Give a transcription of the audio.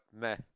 meh